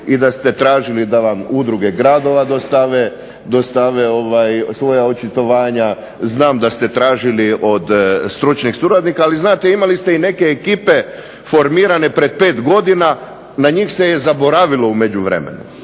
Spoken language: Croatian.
i da ste tražili da vam udruge gradova dostave svoja očitovanja. Znam da ste tražili od stručnih suradnika, ali znate imali ste i neke ekipe formirane pred pet godina. Na njih se je zaboravilo u međuvremenu.